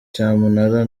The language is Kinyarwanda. cyamunara